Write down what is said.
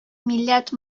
милләт